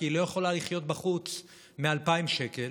כי היא לא יכולה לחיות בחוץ מ-2,000 שקל.